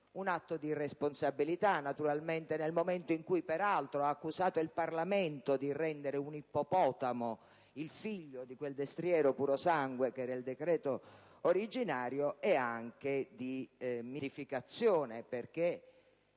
un atto di irresponsabilità, naturalmente, nel momento in cui peraltro ha accusato il Parlamento di rendere un ippopotamo il figlio di quel destriero purosangue che era il decreto originario, e anche di mistificazione, perché